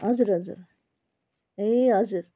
हजुर हजुर ए हजुर